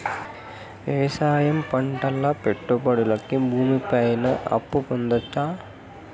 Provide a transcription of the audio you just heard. వ్యవసాయం పంటల పెట్టుబడులు కి భూమి పైన అప్పు పొందొచ్చా?